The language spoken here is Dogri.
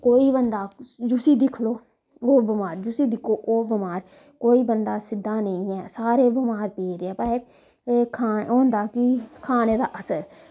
कोई बंदा जिसी दिक्खी लो ओह् बमार जिसी दिक्खोओह् बमार कोई बंदा सिध्दा नेईं ऐ सारे बमार पेदे ऐ एह् होंदा कि खाने दा असर